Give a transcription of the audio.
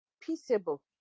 peaceable